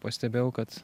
pastebėjau kad